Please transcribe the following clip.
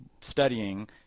studying